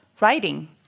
writing